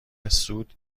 سود